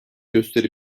gösteri